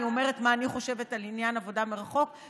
ואני אומרת מה אני חושבת על עניין עבודה מרחוק,